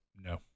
No